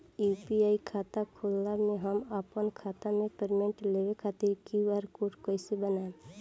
UPI खाता होखला मे हम आपन खाता मे पेमेंट लेवे खातिर क्यू.आर कोड कइसे बनाएम?